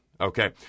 Okay